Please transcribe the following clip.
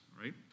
right